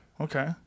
okay